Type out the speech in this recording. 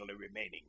remaining